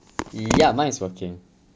yup mine is working